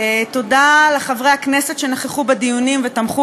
תודה לחברי הכנסת שנכחו בדיונים ותמכו